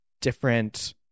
different